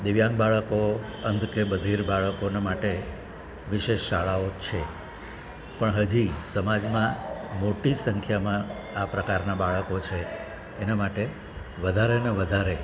દિવ્યાંગ બાળકો અંધ કે બધિર બાળકોનાં માટે વિશેષ શાળાઓ છે પણ હજી સમાજમાં મોટી સંખ્યામાં આ પ્રકારનાં બાળકો છે એનાં માટે વધારે ને વધારે